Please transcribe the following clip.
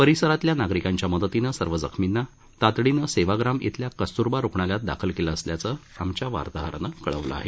परिसरातील नागरिकांच्या मदतीनं सर्व जखमींना तातडीनं सेवाग्राम इथल्या कस्तूरबा रुग्णालयात दाखल केलं असल्याचं आमच्या वार्ताहरानं कळवलं आहे